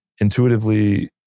intuitively